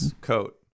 coat